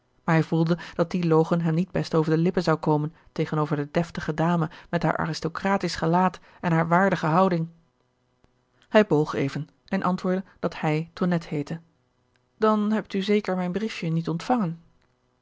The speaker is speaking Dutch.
hij voelde dat die logen hem niet best over de lippen zou komen tegenover de deftige dame met haar aristocratisch gelaat en haar waardige houding hij boog even en antwoordde dat hij tonnette heette dan hebt u zeker mijn briefje niet ontvangen